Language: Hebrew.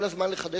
באמת,